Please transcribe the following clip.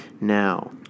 Now